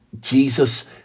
Jesus